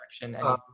direction